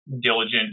diligent